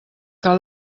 que